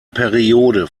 periode